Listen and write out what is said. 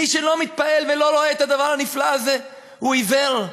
מי שלא מתפעל ולא רואה את הדבר הנפלא הזה הוא עיוור,